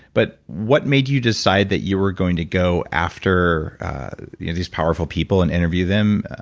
but what made you decide that you were going to go after these powerful people and interview them?